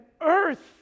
earth